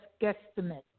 guesstimate